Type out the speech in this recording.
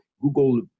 Google